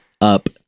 up